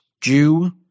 Jew